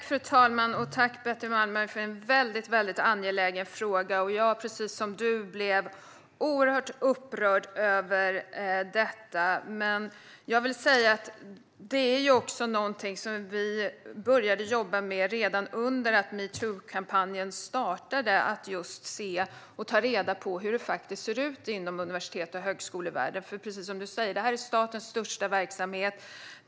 Fru talman! Tack, Betty Malmberg, för en väldigt, väldigt angelägen fråga! Jag blev, precis som du, oerhört upprörd över detta. Jag vill ändå säga att detta är någonting som vi började jobba med redan under att metookampanjen startade just för att ta reda på hur det faktiskt ser ut inom universitets och högskolevärlden, för det är precis som Betty Malmberg säger: Det här är statens största verksamhet.